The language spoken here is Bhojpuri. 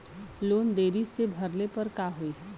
लोन देरी से भरले पर का होई?